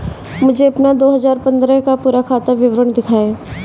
मुझे अपना दो हजार पन्द्रह का पूरा खाता विवरण दिखाएँ?